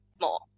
more